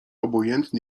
obojętny